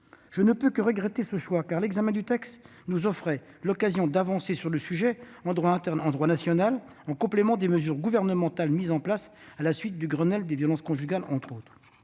Je ne peux que regretter un tel choix, car l'examen du texte nous offrait l'occasion d'avancer sur le sujet en droit national, en complément des mesures gouvernementales mises en place à la suite du Grenelle des violences conjugales, entre autres.